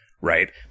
right